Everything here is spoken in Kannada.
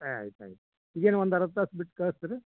ಆಯ್ತು ಆಯ್ತು ಈಗೇನು ಒಂದು ಅರ್ಧ ತಾಸು ಬಿಟ್ಟು ಕಳಿಸ್ತೀರೆ